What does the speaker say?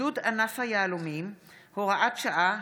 עידוד ענף היהלומים) (הוראת שעה),